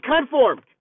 conformed